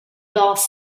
dawes